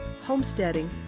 homesteading